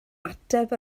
ateb